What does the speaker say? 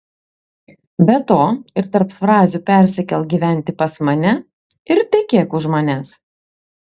be to ir tarp frazių persikelk gyventi pas mane ir tekėk už manęs